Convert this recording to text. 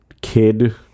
kid